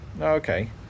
Okay